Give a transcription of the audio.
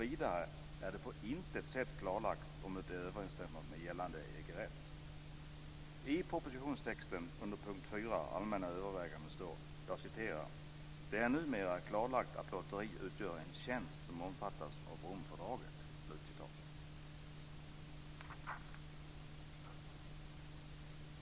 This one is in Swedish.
Vidare är det på intet sätt klarlagt om det överensstämmer med gällande EG-rätt. I propositionstexten under punkt 4, Allmänna överväganden, står det: "Det är numera klarlagt att lotteri utgör en tjänst som omfattas av Romfördraget."